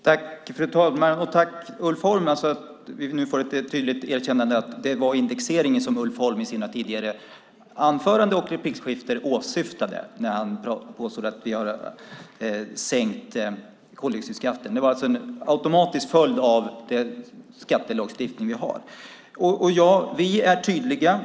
Fru talman! Tack, Ulf Holm, för att vi fick ett tydligt erkännande att det var indexeringen som Ulf Holm i sina tidigare inlägg åsyftade när han påstod att vi hade sänkt koldioxidskatten. Det var alltså en automatisk följd av den skattelagstiftning vi har. Vi är tydliga.